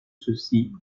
ceci